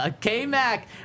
K-Mac